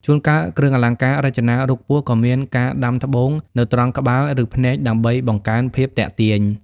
ជួនកាលគ្រឿងអលង្ការរចនារូបពស់ក៏មានការដាំត្បូងនៅត្រង់ក្បាលឬភ្នែកដើម្បីបង្កើនភាពទាក់ទាញ។